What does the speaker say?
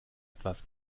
etwas